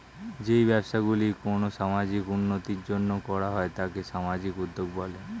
যেই ব্যবসাগুলি কোনো সামাজিক উন্নতির জন্য করা হয় তাকে সামাজিক উদ্যোগ বলে